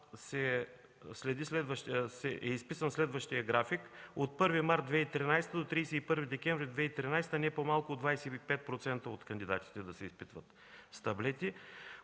е изписан следващият график: от 1 март 2013 г. до 31 декември 2013 г. – не по-малко от 25% от кандидатите да се изпитват с таблети;